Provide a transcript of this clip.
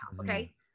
Okay